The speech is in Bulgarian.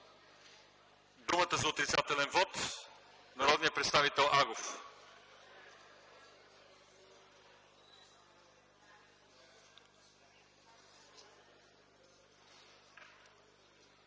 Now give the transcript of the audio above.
Думата за отрицателен вот има народният представител Агов.